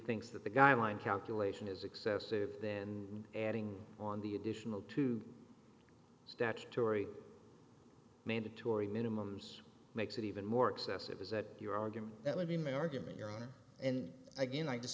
thinks that the guideline calculation is excessive then erring on the additional two statutory mandatory minimums makes it even more excessive is that your argument that would be my argument your honor and again i